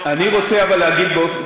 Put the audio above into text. אני אעזור לך להעביר.